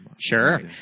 sure